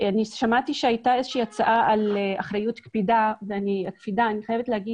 שמעתי שהייתה איזושהי הצעה על אחריות קפידה ואני חייבת לומר